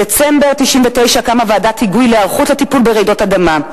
בדצמבר 1999 קמה ועדת היגוי להיערכות לטיפול ברעידות אדמה.